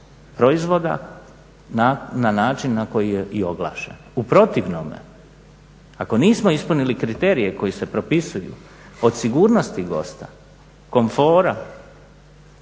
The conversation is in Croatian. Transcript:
proizvoda, na način na koji je i oglašeno. U protivnome ako nismo ispunili kriterije koji se propisuju, od sigurnosti gosta, komfora,